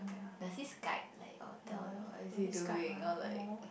does he Skype like or tell you what is he doing or like